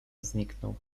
znikł